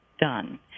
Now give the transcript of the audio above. done